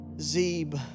Zeb